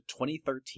2013